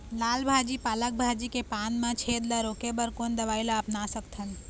लाल भाजी पालक भाजी के पान मा छेद ला रोके बर कोन दवई ला अपना सकथन?